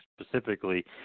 specifically